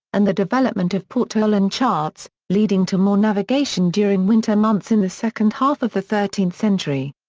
and the development of portolan charts, leading to more navigation during winter months in the second half of the thirteenth century.